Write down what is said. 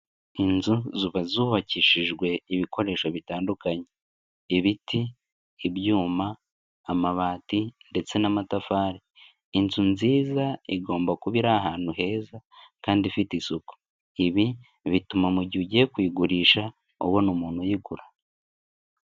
Inzu ziba zubakishijwe ibikoresho bitandukanye, ibiti, ibyuma, amabati, ndetse n'amatafari, inzu nziza igomba kuba ari ahantu heza kandi ifite isuku, ibi bituma mu gihe ugiye kuyigurisha ubona umuntu uyigura.